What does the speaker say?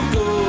go